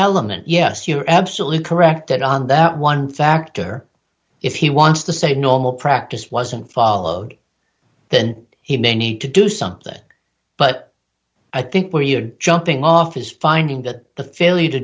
element yes you're absolutely correct on that one factor if he wants to say normal practice wasn't followed then he may need to do something but i think where you're jumping off is finding that the